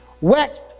waxed